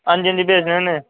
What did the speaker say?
अंजी अंजी भेजने होने